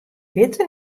witte